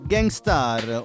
Gangstar